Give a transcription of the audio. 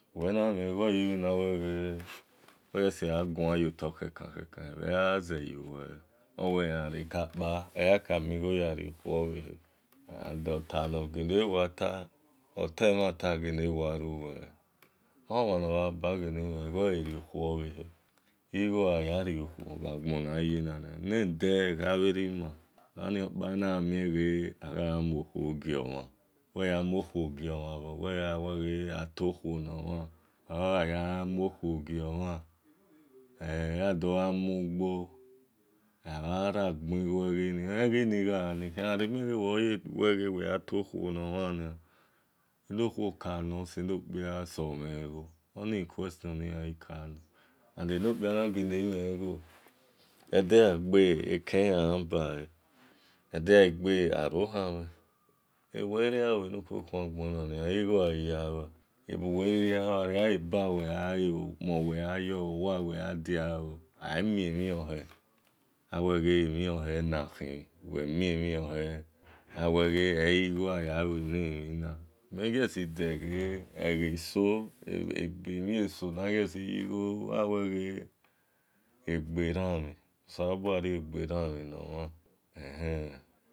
Wel na mhe gho oyebhena wel ghe wi gua yoto kevan ayun zeyu wele owel mel ghareka kpa eyu ze mugho ya rio khuo obhele and ota nogele wa tul otemhanta ogele ruwele elomanoba gele mheghi eyole rio khuo bhehe igho aya riokhuo na gbona na yena nia nede egha bhe rume eghi ni kpa ana mie agha aya tokhuo nor mhan omhan ghayan muo-khuo gio mhan odo gha mu gbo amhan ragbi gho egheni agha re mie ghe wel yan to khuo nor mhan nia eno khuo kani sel no kpia si mehn gho oni question nian ghi ka nor and eno kpia na gele mhe gho ede gha gbe even ilan yon bale edegha gbe ero homhen ebuwel ri gha lu bhe ni khua gbonani igho aya lue eba wel yan leo ukpon wel yan yor oo owa wel yan dia ooo amie anek ghe ebime keka daghe eghe so na giosi si gho lu egbe selebua rio mhen nor mhan ehen